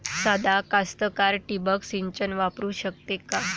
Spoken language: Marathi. सादा कास्तकार ठिंबक सिंचन वापरू शकते का?